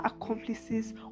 accomplices